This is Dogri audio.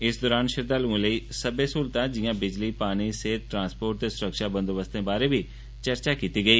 इस दरान शरदाल्एं लेई सब्बै सहूलतें जिआं बिजली शनी सेहत ट्रांस्शोर्ट ते सुरक्षा बंदोबस्तें बारै बी चर्चा किती गेई